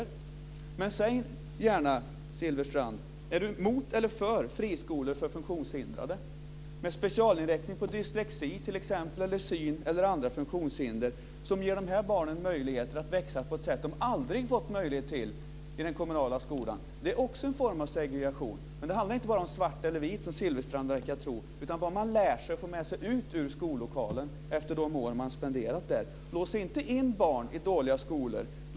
Säg gärna, Bengt Silfverstrand: Är Bengt Silfverstrand emot eller för friskolor för funktionshindrade med specialinriktning på t.ex. dyslexi, synskador eller andra funktionshinder? Det ger de barnen möjlighet att växa som de aldrig fått möjlighet till i den kommunala skolan. Det är också en form av segregation. Det handlar inte bara om svart eller vitt, som Bengt Silfverstrand verkar tro, utan om vad eleverna lär sig och får med sig ut från skollokalen efter de år som de har spenderat där. Lås inte barn i dåliga skolor.